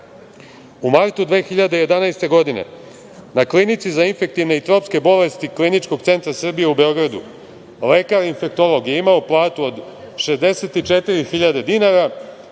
i medicinskih sestara, na Klinici za infektivne i tropske bolesti Kliničkog centra Srbije u Beogradu lekar infektolog je imao platu od 64.000 dinara,